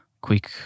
quick